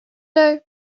doe